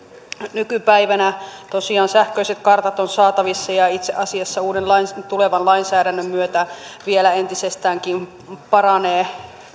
nykypäivänä tosiaan sähköiset kartat ovat saatavissa ja itse asiassa tulevan lainsäädännön myötä nämä merkinnät vielä entisestäänkin paranevat